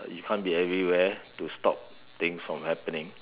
you can't be everywhere to stop things from happening